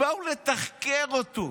באו לתחקר אותו.